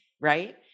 right